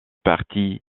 parti